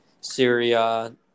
Syria